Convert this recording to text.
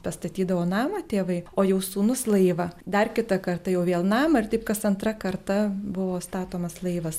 pastatydavo namą tėvai o jau sūnus laivą dar kita karta jau vėl namą ir taip kas antra karta buvo statomas laivas